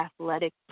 athletic